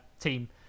team